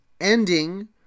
ending